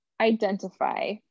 identify